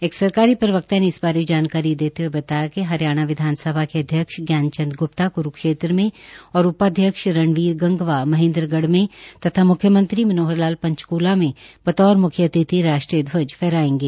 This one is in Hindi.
एक सरकारी प्रवक्ता ने इस बारे में जानकारी देते हए बताया कि हरियाणा विधानसभा के अध्यक्ष ज्ञानचंद ग्प्ता क्रुक्षेत्र में और उपाध्यक्ष रणबीर गंगवा महेंद्रगढ़ में तथा म्ख्यमंत्री मनोहर लाल पंचकूला में बतौर म्ख्य अतिथि राष्ट्रीय ध्वज फहराएंगे